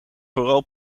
vooral